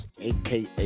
aka